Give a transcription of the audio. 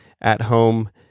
at-home